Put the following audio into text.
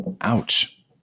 Ouch